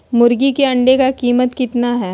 मुर्गी के अंडे का कीमत कितना है?